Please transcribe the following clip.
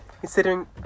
Considering